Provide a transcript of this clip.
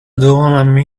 done